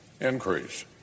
increase